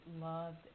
loved